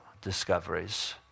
discoveries